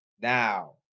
Now